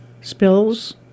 Spills